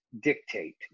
Dictate